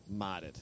modded